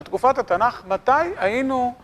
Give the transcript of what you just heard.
תקופת התנ״ך מתי היינו...